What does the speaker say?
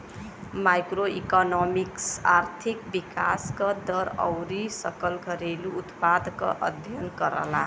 macroeconomics आर्थिक विकास क दर आउर सकल घरेलू उत्पाद क अध्ययन करला